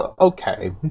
okay